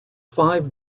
five